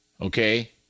okay